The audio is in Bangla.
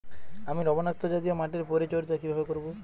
আমি লবণাক্ত জাতীয় মাটির পরিচর্যা কিভাবে করব?